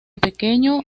pequeño